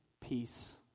peace